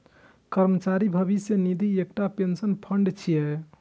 कर्मचारी भविष्य निधि एकटा पेंशन फंड छियै